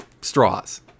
straws